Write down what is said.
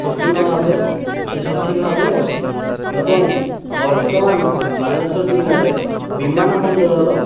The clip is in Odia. ସମ୍ପୂର୍ଣ୍ଣଭାବେ ଠି ସଠିକ୍ ଭାବେ ଅଛି ଏବଂ ବର୍ତ୍ତମାନ ବାଲେଶ୍ୱର ଜିଲ୍ଲାରେ ବିମାନ ବନ୍ଦରର